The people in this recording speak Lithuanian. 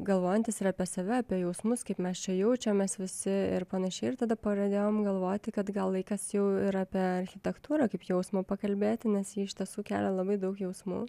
galvojantys ir apie save apie jausmus kaip mes čia jaučiamės visi ir panašiai ir tada pradėjom galvoti kad gal laikas jau ir apie architektūrą kaip jausmą pakalbėti nes ji iš tiesų kelia labai daug jausmų